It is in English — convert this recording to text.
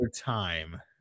time